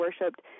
worshipped